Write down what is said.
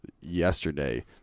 yesterday